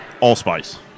allspice